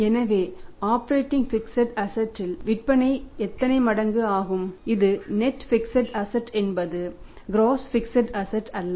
எனவே operating fixed asset அல்ல